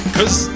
Cause